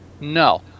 No